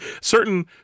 certain